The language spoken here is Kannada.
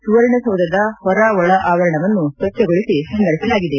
ಸುವರ್ಣಸೌಧದ ಹೊರ ಒಳ ಆವರಣವನ್ನು ಸ್ವಚ್ಚಗೊಳಿಸಿ ಶೃಂಗರಿಸಲಾಗಿದೆ